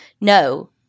No